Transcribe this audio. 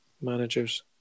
managers